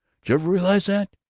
jever realize that?